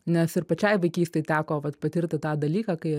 nes ir pačiai vaikystėj teko vat patirti tą dalyką kai